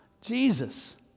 Jesus